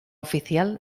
oficial